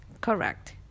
correct